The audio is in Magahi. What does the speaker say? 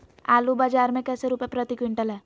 आलू बाजार मे कैसे रुपए प्रति क्विंटल है?